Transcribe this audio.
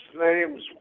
names